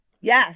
Yes